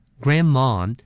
grandma